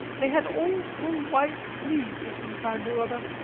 they had all full white sleeves of some kind or other,